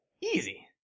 Easy